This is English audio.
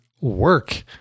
work